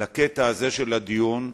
לקטע הזה של הדיון,